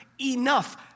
enough